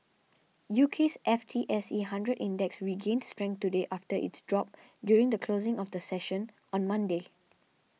UK's F T S E Hundred Index regained strength today after its drop during the closing of the session on Monday